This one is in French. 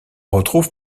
retrouve